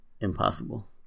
impossible